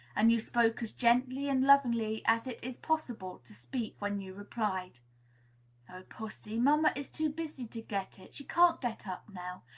and you spoke as gently and lovingly as it is possible to speak when you replied oh, pussy, mamma is too busy to get it she can't get up now.